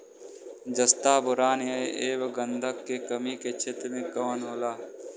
जस्ता बोरान ऐब गंधक के कमी के क्षेत्र कौन कौनहोला?